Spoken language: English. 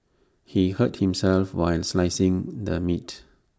he hurt himself while slicing the meat